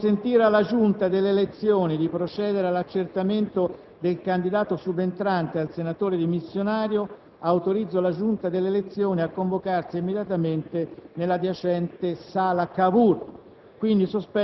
Per consentire alla Giunta delle elezioni di procedere all'accertamento del candidato subentrante al senatore dimissionario,